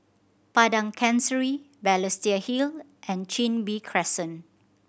Padang Chancery Balestier Hill and Chin Bee Crescent